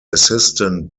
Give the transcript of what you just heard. assistant